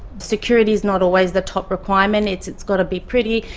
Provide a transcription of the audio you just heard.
security's not always the top requirement. it's it's got to be pretty,